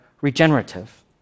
regenerative